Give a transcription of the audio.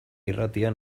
irratia